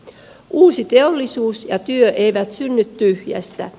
uusi teollisuus ja työ eivät synny tyhjästä